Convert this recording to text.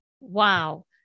Wow